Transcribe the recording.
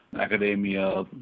academia